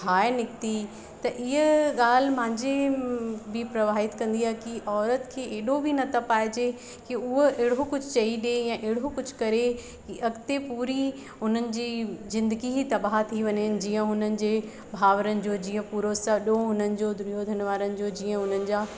हाय निकिती त ईअ ॻाल्हि मुंहिंजी बि प्रवाहित कंदी आहे की औरतु खे एॾो बि न तपाएजे की हूअ अहिड़ो कुझु चई ॾिए या अहिड़ो कुझु करे की अॻिते पूरी उन्हनि जी जिंदगी ई तबाहु थी वञे जीअं हुननि जे भावरनि जो जीअं पूरो सॼो उन्हनि जो दुर्योधन वारनि जो जीअं उन्हनि जा